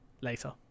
later